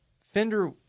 Fender